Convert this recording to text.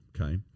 okay